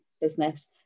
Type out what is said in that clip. business